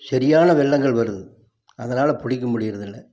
சரியான வெள்ளங்கள் வருது அதனால் பிடிக்க முடியிறதில்லை